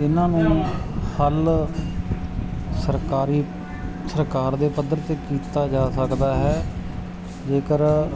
ਇਹਨਾਂ ਨੂੰ ਹੱਲ ਸਰਕਾਰੀ ਸਰਕਾਰ ਦੇ ਪੱਧਰ 'ਤੇ ਕੀਤਾ ਜਾ ਸਕਦਾ ਹੈ ਜੇਕਰ